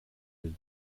will